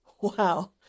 Wow